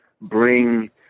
bring